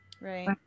right